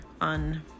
on